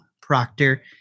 Proctor